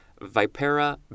Vipera